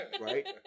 right